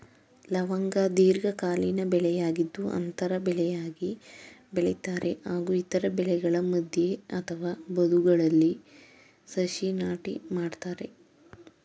ಲವಂಗ ದೀರ್ಘಕಾಲೀನ ಬೆಳೆಯಾಗಿದ್ದು ಅಂತರ ಬೆಳೆಯಾಗಿ ಬೆಳಿತಾರೆ ಹಾಗೂ ಇತರ ಬೆಳೆಗಳ ಮಧ್ಯೆ ಅಥವಾ ಬದುಗಳಲ್ಲಿ ಸಸಿ ನಾಟಿ ಮಾಡ್ತರೆ